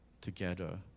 together